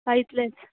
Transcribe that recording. का इतलेंच